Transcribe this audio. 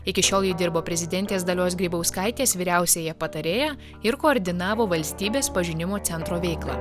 iki šiol ji dirbo prezidentės dalios grybauskaitės vyriausiąja patarėja ir koordinavo valstybės pažinimo centro veiklą